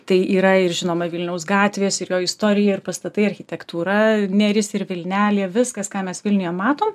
tai yra ir žinoma vilniaus gatvės ir jo istorija ir pastatai architektūra neris ir vilnelė viskas ką mes vilniuje matom